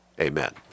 amen